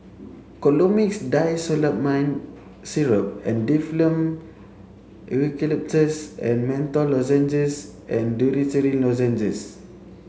Colimix Dicyclomine Syrup and Difflam Eucalyptus and Menthol Lozenges and Dorithricin Lozenges